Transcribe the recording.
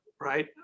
right